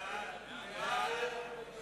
ההסתייגות לחלופין